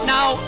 Now